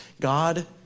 God